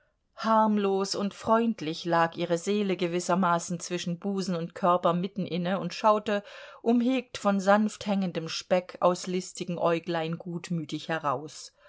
harmlos und freundlich lag ihre seele gewissermaßen zwischen busen und körper mitten inne und schaute umhegt von sanft hängendem speck aus listigen äuglein gutmütig heraus